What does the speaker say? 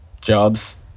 jobs